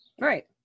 Right